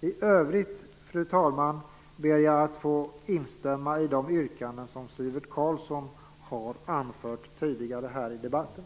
I övrigt, fru talman, ber jag att få instämma i de yrkanden som Sivert Carlsson har anfört tidigare i debatten.